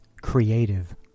creative